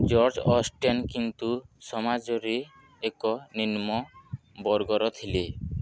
George Austen କିନ୍ତୁ ସମାଜରେ ଏକ ନିମ୍ନ ବର୍ଗର ଥିଲେ